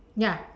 ya